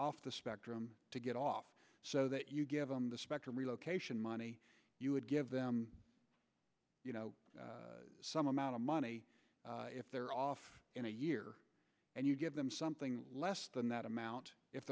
off the spectrum to get off so that you give them the spectrum relocation money you would give them some amount of money if they're off in a year and you give them something less than that amount if